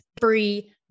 free